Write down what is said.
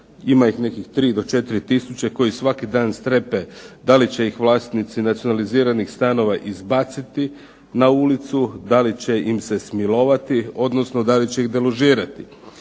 ima ih nekih 3 do 4 tisuće koji svaki dan strepe da li će ih vlasnici nacionaliziranih stanova izbaciti na ulicu, da li će im se smilovati, odnosno da li će ih deložirati.